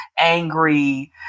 angry